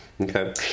okay